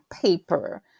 paper